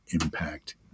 impact